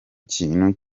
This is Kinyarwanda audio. kintu